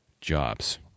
jobs